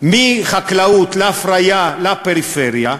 מחקלאות להפריה ולפריפריה,